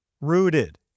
rooted